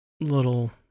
little